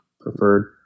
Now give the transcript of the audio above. preferred